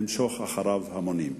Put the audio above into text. למשוך אחריו המונים.